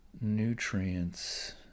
nutrients